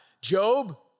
Job